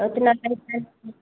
उतना पैसा